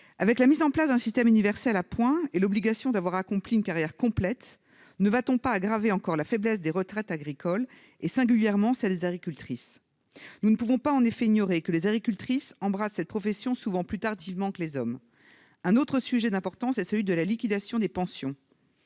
Avec la mise en place d'un système universel à points et l'obligation d'avoir accompli une carrière complète, ne va-t-on pas aggraver encore la faiblesse des retraites agricoles, singulièrement celles des agricultrices ? Nous ne pouvons en effet ignorer que les agricultrices embrassent cette profession souvent plus tardivement que les hommes. Un autre sujet d'importance est celui de la liquidation des pensions.